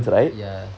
ya